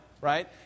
right